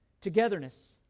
Togetherness